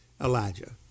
Elijah